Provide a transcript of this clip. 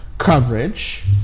Coverage